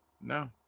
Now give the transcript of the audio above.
no